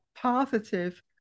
positive